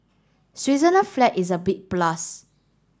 Switzerland flag is a big plus